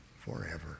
forever